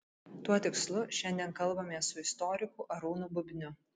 tuo tikslu šiandien kalbamės su istoriku arūnu bubniu